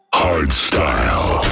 hardstyle